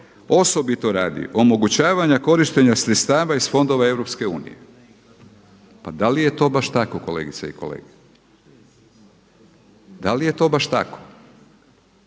osobito radi omogućavanja korištenja sredstava iz fondova Europske unije. Pa da li je to baš tako kolegice i kolege? Da li je to baš tako?